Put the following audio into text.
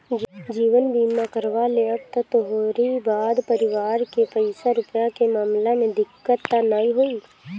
जीवन बीमा करवा लेबअ त तोहरी बाद परिवार के पईसा रूपया के मामला में दिक्कत तअ नाइ होई